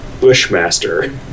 Bushmaster